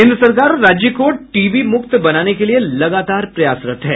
केन्द्र सरकार राज्य को टीबी मुक्त बनाने के लिए लगातार प्रयासरत है